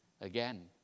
Again